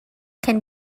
can